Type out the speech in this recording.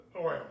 oil